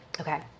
Okay